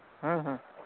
ᱦᱮᱸ ᱦᱮᱸ